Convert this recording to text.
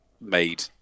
made